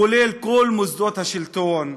כולל כל מוסדות השלטון,